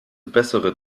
bessere